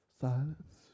silence